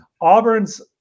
Auburn's